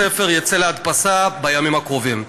הספר יצא להדפסה בימים הקרובים.